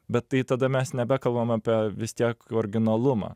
bet tai tada mes nebekalbam apie vis tiek originalumą